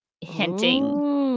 hinting